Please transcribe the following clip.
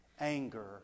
anger